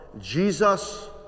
Jesus